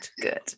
good